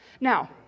Now